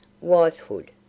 Wifehood